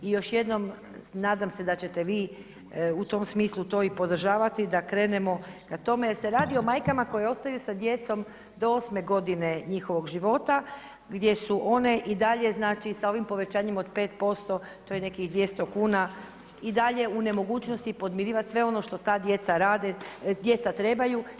I još jednom nadam se da ćete vi u tom smislu to i podržavati da krenemo k tome jer se radi o majkama koje ostaju sa djecom do osme godine njihovog života gdje su one i dalje sa ovim povećanjem od 5% to je nekih 200 kuna i dalje u nemogućnosti podmirivati sve ono što ta djeca trebaju.